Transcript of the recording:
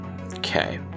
Okay